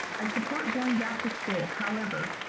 i support going back to school, however,